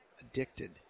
addicted